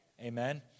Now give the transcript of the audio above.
Amen